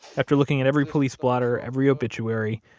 after looking at every police blotter, every obituary,